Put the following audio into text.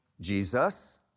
Jesus